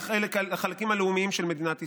לחלקים הלאומיים של מדינת ישראל,